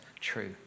true